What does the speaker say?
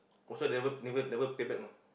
also never never never pay back no